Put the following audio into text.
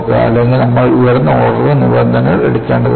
അല്ലെങ്കിൽ നമ്മൾ ഉയർന്ന ഓർഡർ നിബന്ധനകൾ എടുക്കേണ്ടതുണ്ടോ